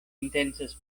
intencas